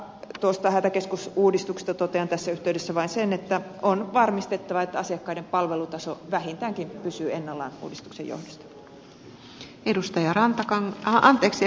tuosta hätäkeskusuudistuksesta totean tässä yhteydessä vain sen että on varmistettava että asiakkaiden palvelutaso vähintäänkin pysyy ennallaan uudistuksen johdosta